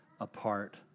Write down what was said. apart